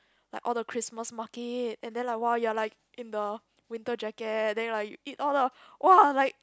like all the Christmas market and then like [wah] you're like in the winter jacket then you're like you eat all the !wah! like